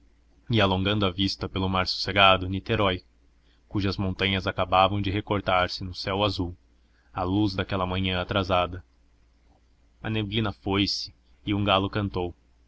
e alongando a vista pelo mar sossegado niterói cujas montanhas acabavam de recortar se no céu azul à luz daquela manhã atrasada a neblina foi-se e um galo cantou